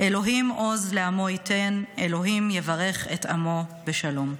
"ה' עז לעמו יתן, ה' יברך את עמו בשלום".